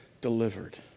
Delivered